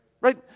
Right